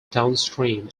downstream